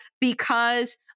Because-